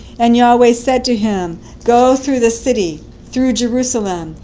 and yahweh said to him, go through the city, through jerusalem,